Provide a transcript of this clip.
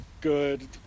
good